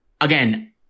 again